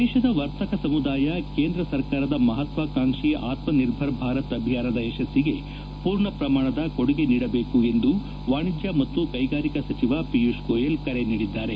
ದೇಶದ ವರ್ತಕ ಸಮುದಾಯ ಕೇಂದ್ರ ಸರ್ಕಾರದ ಮಹತ್ವಾಕಾಂಕ್ಷಿ ಆತ್ಮನಿರ್ಭರ್ ಭಾರತ್ ಅಭಿಯಾನದ ಯಶಸ್ಸಿಗೆ ಪೂರ್ಣ ಪ್ರಮಾಣದ ಕೊಡುಗೆ ನೀಡಬೇಕು ಎಂದು ವಾಣಿಜ್ಯ ಮತ್ತು ಕೈಗಾರಿಕಾ ಸಚಿವ ಪಿಯೂಷ್ ಗೋಯಲ್ ಕರೆ ನೀಡಿದ್ದಾರೆ